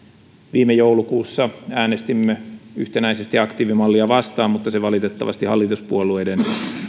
viime joulukuussa äänestimme yhtenäisesti aktiivimallia vastaan mutta se valitettavasti hallituspuolueiden